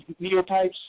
neotypes